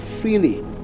freely